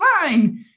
fine